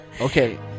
Okay